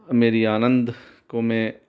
मेरी आनंद को मैं